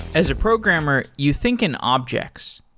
as a programmer, you think an object.